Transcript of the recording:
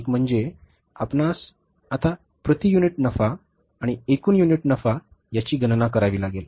एक म्हणजे आपणास आता प्रति युनिट नफा आणि एकूण युनिट नफा याची गणना करावी लागेल